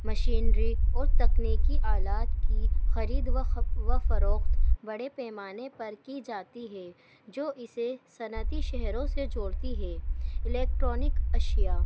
machinery اور تکنیکی آلات کی خرید و فروخت بڑے پیمانے پر کی جاتی ہے جو اسے صنعتی شہروں سے جوڑتی ہے الیکٹرانک اشیاء